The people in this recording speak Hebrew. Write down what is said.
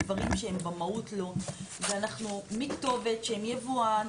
יש דברים שהם במהות לא, מכתובת, שם יבואן,